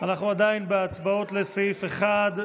אנחנו עדיין בהצבעות לסעיף 1,